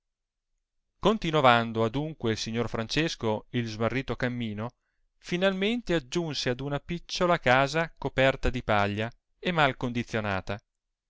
continovando adunque il signor francesco il smarrito cammino finalmente aggiunse ad una picciola casa coperta di paglia e mal condizionata